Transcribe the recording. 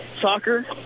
soccer